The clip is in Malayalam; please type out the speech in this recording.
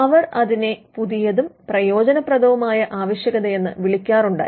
അവർ അതിനെ പുതിയതും പ്രയോജനപ്രദവുമായ ആവശ്യകതയെന്ന് വിളിക്കാറുണ്ടായിരുന്നു